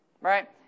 Right